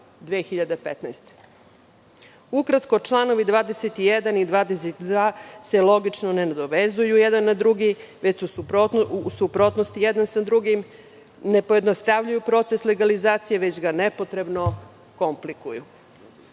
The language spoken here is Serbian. godine? Ukratko, članovi 21. i 22. se logično ne nadovezuju jedan na drugi, već su u suprotnosti jedan sa drugim, ne pojednostavljuju proces legalizacije, već ga nepotrebno komplikuju. Pitam